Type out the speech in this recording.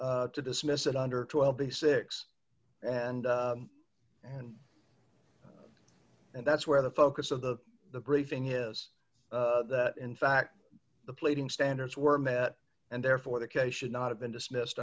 eight to dismiss it under twenty six dollars and and that's where the focus of the the briefing is that in fact the pleading standards were met and therefore the case should not have been dismissed